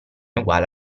uguale